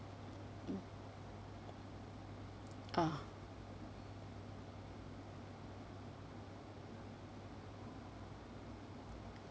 ah